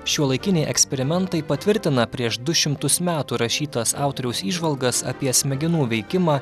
šiuolaikiniai eksperimentai patvirtina prieš du šimtus metų rašytas autoriaus įžvalgas apie smegenų veikimą